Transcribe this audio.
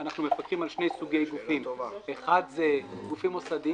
אנחנו מפקחים על שני סוגי גופים: גופים מוסדיים